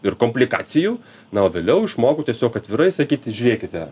ir komplikacijų na o vėliau išmokau tiesiog atvirai sakyti žiūrėkite